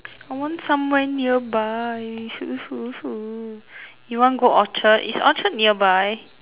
I want somewhere nearby you want go orchard is orchard nearby